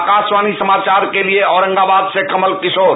आकाशवाणी समाचार के लिए औरंगवाद से कमल किशोर